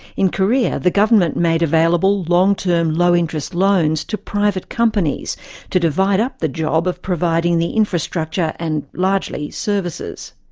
in korea, the government made available long-term, low-interest loans to private companies to divide up the job of providing the infrastructure and largely, services.